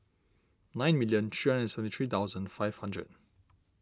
nine million three hundred and seventy three thousand five hundred